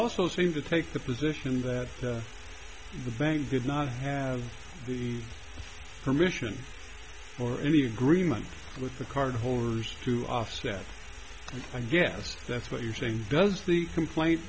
also seem to take the position that the bank could not have the permission or any agreement with the card holders to offset i guess that's what you're saying does the complaint